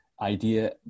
idea